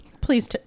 Please